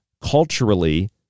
culturally